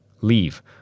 leave